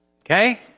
Okay